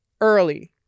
early